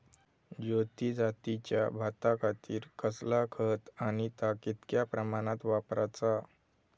ज्योती जातीच्या भाताखातीर कसला खत आणि ता कितक्या प्रमाणात वापराचा?